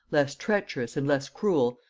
less treacherous and less cruel,